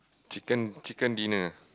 chicken chicken dinner